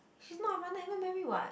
she's not my partner haven't marry [what]